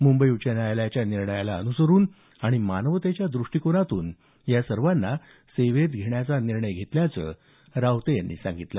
मुंबई उच्च न्यायालयाच्या निर्णयाला अनुसरुन आणि मानवतेच्या द्रष्टीकोनातून विचार करुन हा निर्णय घेतल्याचं रावते यांनी सांगितलं